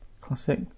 Classic